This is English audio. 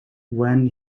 when